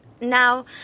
Now